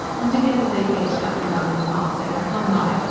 and together they paced up and down the path they had come by,